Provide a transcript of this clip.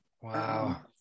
wow